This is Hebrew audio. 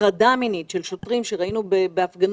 הטרדה מינית על ידי שוטרים כפי שראינו בהפגנות.